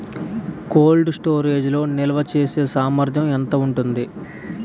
Cold storage లో నిల్వచేసేసామర్థ్యం ఎంత ఉంటుంది?